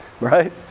Right